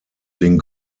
den